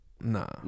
Nah